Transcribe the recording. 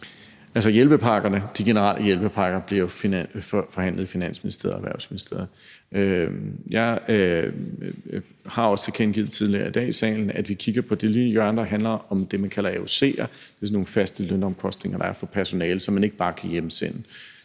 Altså, de generelle hjælpepakker bliver forhandlet i Finansministeriet og Erhvervsministeriet. Jeg har også tidligere i dag tilkendegivet, at vi kigger på det lille hjørne, der handler om det, man kalder AOC'er. Det er faste lønomkostninger, der er for personale, som man ikke bare kan hjemsende.